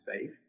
safe